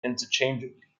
interchangeably